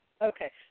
Okay